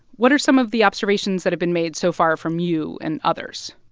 what are some of the observations that have been made so far from you and others?